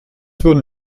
wurden